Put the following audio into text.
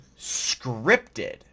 scripted